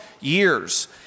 years